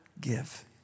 give